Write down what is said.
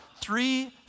three